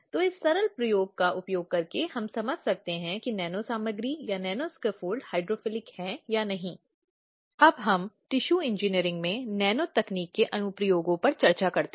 अब उस उचित खोज के आधार पर यह एक स्थिति हो सकती है जहां एक आरोप लगाया जाता है या एक आरोप स्थापित नहीं किया जाता है या एक स्थिति जो अनिर्णायक भी हो सकती है